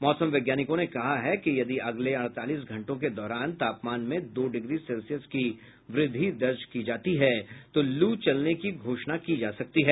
मौसम वैज्ञानिकों ने कहा कि यदि अगले अड़तालीस घंटे के दौरान तापमान में दो डिग्री सेल्सियस की वृद्धि दर्ज की गयी तो लू चलने की घोषणा की जा सकती है